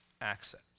access